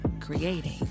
creating